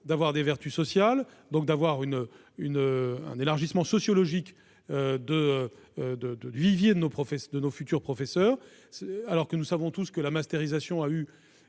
de grandes vertus sociales : d'abord, elle vise l'élargissement sociologique du vivier de nos futurs professeurs, alors que nous savons tous que la mastérisation a eu